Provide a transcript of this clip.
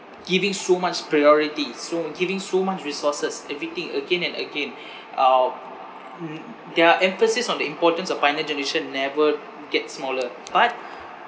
giving so much priority so giving so much resources everything again and again um their emphasis on the importance of pioneer generation never get smaller but